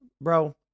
bro